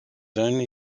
only